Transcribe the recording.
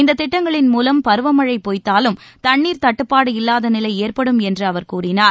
இந்த திட்டங்களின் மூலம் பருவமழை பொய்த்தாலும் தண்ணீர் தட்டுப்பாடு இல்லாத நிலை ஏற்படும் என்று அவர் கூறினார்